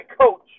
coach